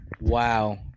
Wow